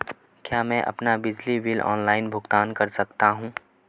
क्या मैं अपना बिजली बिल ऑनलाइन भुगतान कर सकता हूँ?